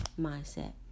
mindset